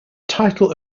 title